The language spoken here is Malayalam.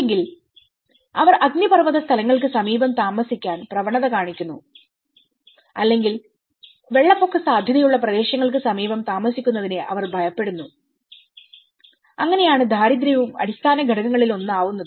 അല്ലെങ്കിൽ അവർ അഗ്നിപർവ്വത സ്ഥലങ്ങൾക്ക് സമീപം താമസിക്കാൻ പ്രവണത കാണിക്കുന്നു അല്ലെങ്കിൽ വെള്ളപ്പൊക്ക സാധ്യതയുള്ള പ്രദേശങ്ങൾക്ക് സമീപം താമസിക്കുന്നതിനെ അവർ ഭയപ്പെടുന്നു അങ്ങനെയാണ് ദാരിദ്ര്യവും അടിസ്ഥാന ഘടകങ്ങളിലൊന്നാവുന്നത്